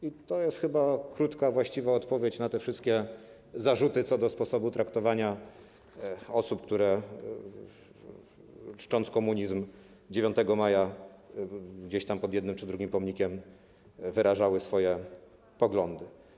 I to jest chyba krótka, właściwa odpowiedź na te wszystkie zarzuty dotyczące sposobu traktowania osób, które czcząc komunizm 9 maja, gdzieś tam pod jednym czy drugim pomnikiem wyrażały swoje poglądy.